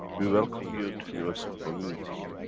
we welcome you to universal community,